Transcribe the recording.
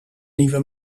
nieuwe